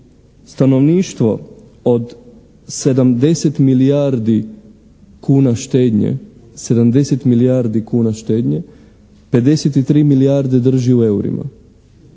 Stanovništvo od 70 milijardi kuna štednje, 70 milijardi kuna